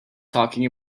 talking